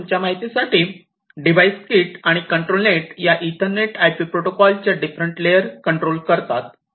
सध्या तुमच्या माहितीसाठी डिवाइस किट आणि कंट्रोल नेट या ईथरनेटआयपी प्रोटोकॉल च्या डिफरंट लेअर कंट्रोल करतात